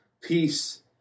peace